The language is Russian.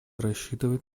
рассчитывать